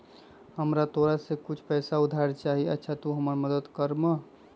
हमरा तोरा से कुछ पैसा उधार चहिए, अच्छा तूम हमरा मदद कर मूह?